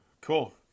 Cool